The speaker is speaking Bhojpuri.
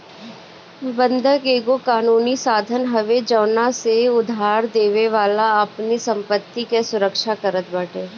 बंधक एगो कानूनी साधन हवे जवना से उधारदेवे वाला अपनी संपत्ति कअ सुरक्षा करत बाटे